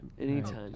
Anytime